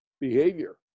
behavior